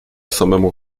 samemu